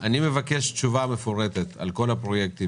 אני מבקש תשובה מפורטת על כל הפרויקטים